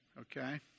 Okay